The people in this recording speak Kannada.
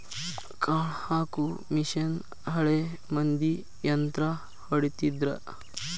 ಕಾಳ ಹಾಕು ಮಿಷನ್ ಹಳೆ ಮಂದಿ ಯಂತ್ರಾ ಹೊಡಿತಿದ್ರ